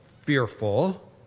fearful